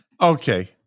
Okay